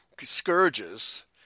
scourges